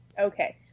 Okay